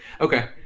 Okay